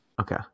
Okay